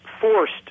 forced